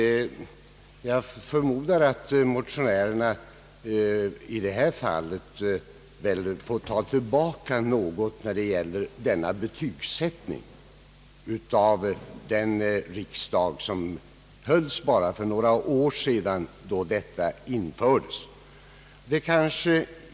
Jag förmodar att motionärerna i detta fall får lov att ta tillbaka något av betygssättningen av den riksdag som hölls för bara några år sedan, då ifrågavarande försäkring infördes.